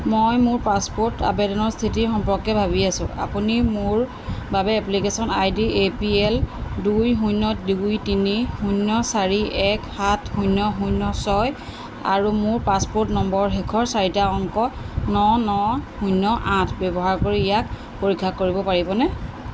মই মোৰ পাছপোৰ্ট আবেদনৰ স্থিতি সম্পৰ্কে ভাবি আছোঁ আপুনি মোৰ বাবে application I D A P L দুই শূন্য দুই তিনি শূন্য চাৰি এক সাত শূন্য শূন্য ছয় আৰু মোৰ পাছপোৰ্ট নম্বৰৰ শেষৰ চাৰিটা অংক ন ন শূন্য আঠ ব্যৱহাৰ কৰি ইয়াক পৰীক্ষা কৰিব পাৰিবনে